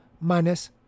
minus